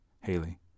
Haley